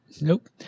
Nope